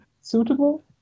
suitable